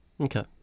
Okay